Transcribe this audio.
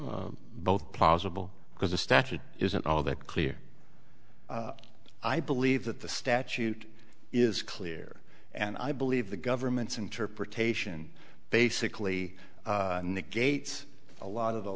both possible because the statute isn't all that clear i believe that the statute is clear and i believe the government's interpretation basically negates a lot of the